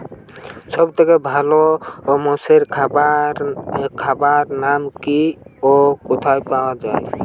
সব থেকে ভালো মোষের খাবার নাম কি ও কোথায় পাওয়া যায়?